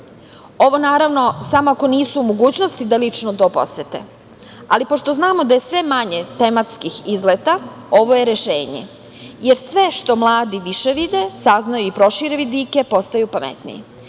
Ovo, naravno, samo ako nisu u mogućnosti da lično to posete, ali pošto znamo da je sve manje tematskih izleta, ovo je rešenje, jer sve što mladi više vide, saznaju i prošire vidike postaju pametniji.